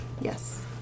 Yes